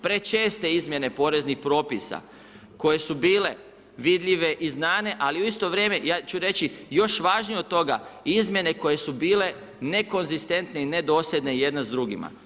Prečeste izmjene poreznih propisa koje su bile vidljive i znane ali u isto vrijeme ja ću reći još važnije od toga izmjene koje su bile nekonzistentne i nedosljedne jedne s drugima.